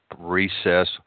recess